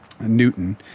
newton